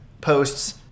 posts